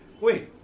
wait